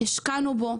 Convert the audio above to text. השקענו בו,